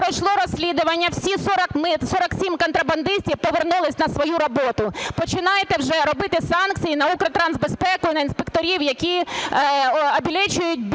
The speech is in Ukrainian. Пройшло розслідування, всі 47 контрабандистів повернулися на свою роботу. Починайте вже робити санкції на Укртрансбезпеку і на інспекторів, які "обілечують" бізнес,